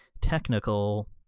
technical